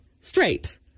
straight